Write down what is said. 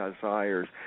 desires